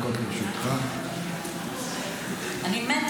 לשבת ולשמוע את זה, ואם זה בעולם כולו.